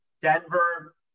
Denver